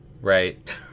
right